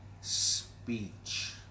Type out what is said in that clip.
speech